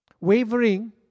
wavering